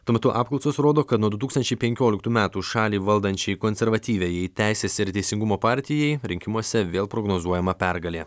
tuo metu apklausos rodo kad nuo du tūkstančiai penkioliktų metų šalį valdančiai konservatyviajai teisės ir teisingumo partijai rinkimuose vėl prognozuojama pergalė